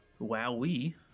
Wowee